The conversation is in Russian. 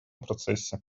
процессе